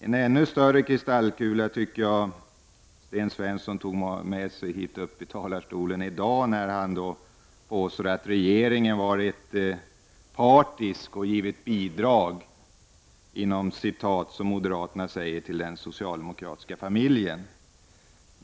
En ännu större kristallkula tycker jag att Sten Svensson tog med sig upp i talarstolen i dag när han påstod att regeringen hade varit partisk och ”gett bidrag” till den socialdemokratiska familjen.